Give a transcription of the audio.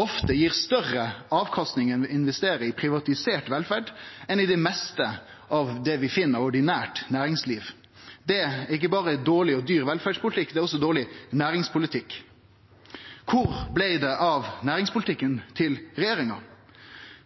ofte gir større avkastning å investere i privatisert velferd enn i det meste av det vi finn av ordinært næringsliv. Det er ikkje berre dårleg og dyr velferdspolitikk, det er også dårleg næringspolitikk. Kvar blei det av næringspolitikken til regjeringa?